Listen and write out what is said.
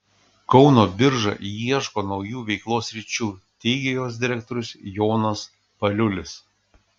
kauno birža ieško naujų veiklos sričių teigė jos direktorius jonas paliulis